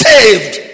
Saved